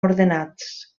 ordenats